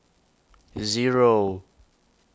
Zero